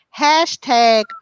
Hashtag